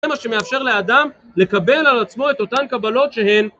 זה מה שמאפשר לאדם לקבל על עצמו את אותן קבלות שהן...